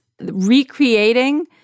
recreating